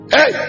Hey